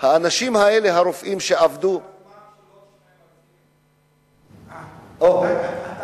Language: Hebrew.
האנשים האלה, הרופאים שעבדו, הזמן שלוש, כבר, הרב.